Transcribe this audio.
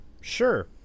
sure